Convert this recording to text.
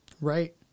Right